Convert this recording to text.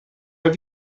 have